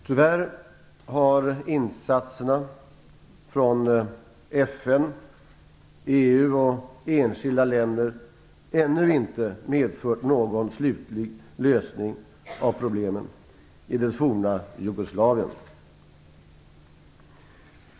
Tyvärr har insatserna från FN, EU och enskilda länder ännu inte medfört någon slutlig lösning av problemen i det forna Jugoslavien.